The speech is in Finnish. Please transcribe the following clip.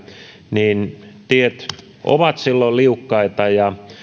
niin tiet ovat silloin liukkaita ja